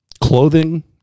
clothing